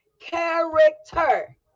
character